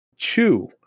Chew